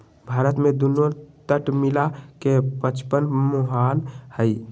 भारत में दुन्नो तट मिला के पचपन मुहान हई